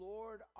Lord